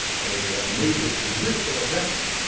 a major political objective,